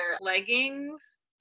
leggings